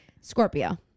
Scorpio